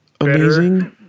amazing